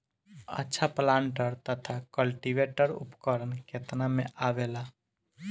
अच्छा प्लांटर तथा क्लटीवेटर उपकरण केतना में आवेला?